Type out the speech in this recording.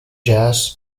jazz